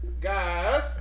Guys